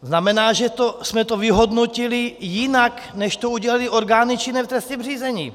Znamená to, že jsme to vyhodnotili jinak, než to udělaly orgány činné v trestním řízení.